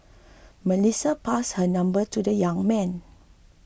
Melissa passed her number to the young man